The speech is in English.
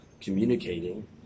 communicating